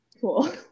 cool